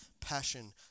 passion